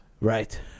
Right